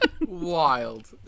Wild